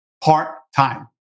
part-time